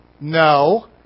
No